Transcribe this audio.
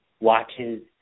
watches